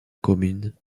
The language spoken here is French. commune